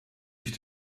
ich